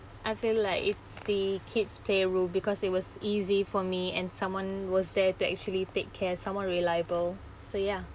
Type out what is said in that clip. I feel like it's the kids play room because it was easy for me and someone was there to actually take care someone reliable so ya